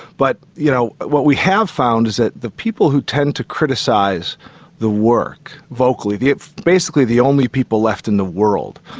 but you know what we have found is that the people who tend to criticise the work vocally, basically the only people left in the world,